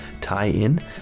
tie-in